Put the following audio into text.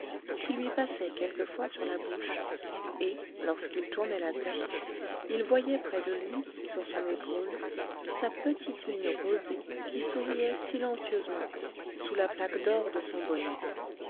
qui lui passaient quelquefois sur la bouche et lorsqu'il tournait la tête il voyait près de lui sur son épaule sa petite mine rosée qui souriait silencieusement sous la plaque d'or de son bonnet